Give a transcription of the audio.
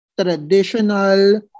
traditional